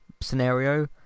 scenario